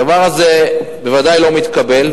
הדבר הזה ודאי לא מתקבל.